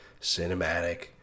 cinematic